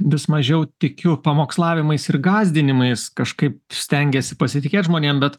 vis mažiau tikiu pamokslavimais ir gąsdinimais kažkaip stengiesi pasitikėt žmonėm bet